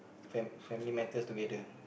fam~ family matters together